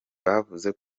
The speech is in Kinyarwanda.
bavuze